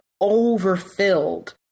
overfilled